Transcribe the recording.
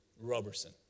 Roberson